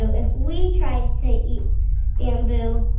so if we tried to eat bamboo,